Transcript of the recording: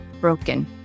broken